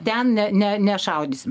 ten ne ne nešaudysim